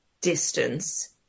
distance